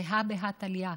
זה הא בהא תליא.